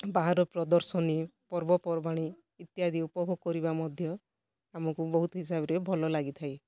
ବାହାର ପ୍ରଦର୍ଶନୀ ପର୍ବପର୍ବାଣି ଇତ୍ୟାଦି ଉପଭୋଗ କରିବା ମଧ୍ୟ ଆମକୁ ବହୁତ୍ ହିସାବରେ ଭଲ ଲାଗିଥାଏ